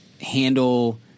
handle